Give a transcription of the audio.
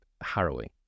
harrowing